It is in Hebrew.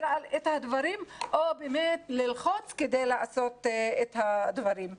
על הדברים או באמת ללחוץ כדי לעשות את הדברים.